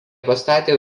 pastatė